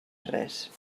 res